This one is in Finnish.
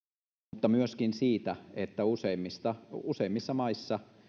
mutta myöskin siitä että useimmissa useimmissa maissa